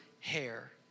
hair